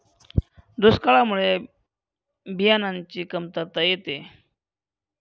दुष्काळामुळे बियाणांची कमतरता येते